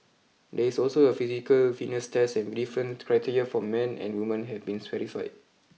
there is also a physical fitness test and different criteria for men and women have been specified